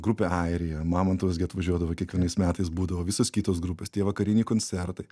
grupė airija mamontovas gi atvažiuodavo kiekvienais metais būdavo visos kitos grupės tie vakariniai koncertai